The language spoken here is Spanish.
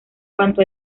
cuanto